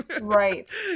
Right